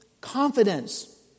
confidence